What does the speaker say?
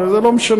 הרי זה לא משנה,